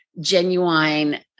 genuine